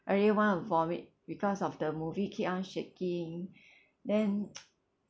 already want to vomit because of the movie keep on shaking then